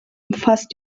umfasst